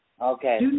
Okay